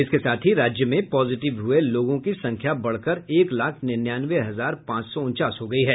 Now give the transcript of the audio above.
इसके साथ ही राज्य में अब तक पॉजिटिव हुए लोगों की संख्या बढ़कर एक लाख निन्यानवें हजार पांच सौ उनचास हो गई है